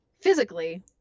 physically